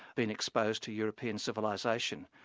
been exposed to european civilisation,